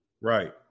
Right